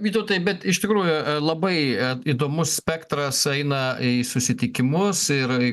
vytautai bet iš tikrųjų labai įdomus spektras eina į susitikimus ir